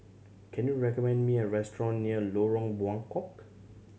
can you recommend me a restaurant near Lorong Buangkok